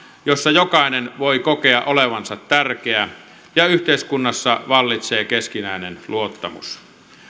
jossa jokainen voi kokea olevansa tärkeä ja yhteiskunnassa vallitsee keskinäinen luottamus